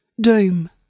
Doom